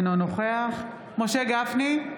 אינו נוכח משה גפני,